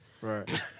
Right